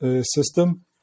system